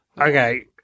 okay